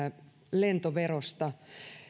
lentoverosta